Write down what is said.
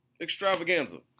extravaganza